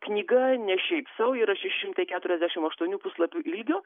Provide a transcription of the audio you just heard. knyga ne šiaip sau yra šeši šimtai keturiasdešimt aštuonių puslapių ilgio